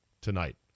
tonight